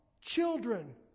children